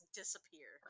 disappear